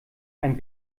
einem